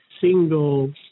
single